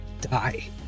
die